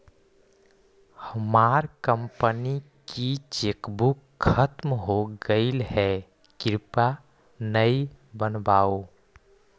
हमार कंपनी की चेकबुक खत्म हो गईल है, कृपया नई बनवाओ